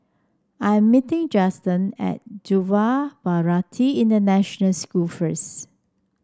I am meeting Justen at Yuva Bharati International School first